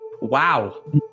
Wow